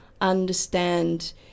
understand